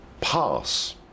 pass